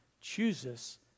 chooses